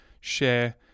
share